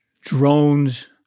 drones